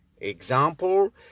Example